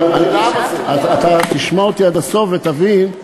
אבל אתה תשמע אותי עד הסוף ותבין.